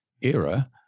era